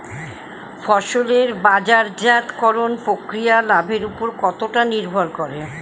ফসলের বাজারজাত করণ প্রক্রিয়া লাভের উপর কতটা নির্ভর করে?